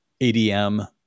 ADM